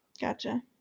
Gotcha